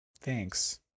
thanks